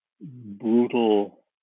brutal